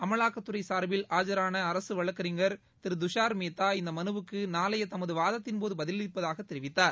அமலாக்கத்துறை சார்பில் ஆஜரான அரசு வழக்கறிஞர் திரு துஷார் மேத்தா இந்த மனுவுக்கு நாளைய தமது வாதத்தின்போது பதிலளிப்பதாக தெரிவித்தார்